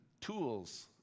tools